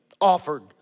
offered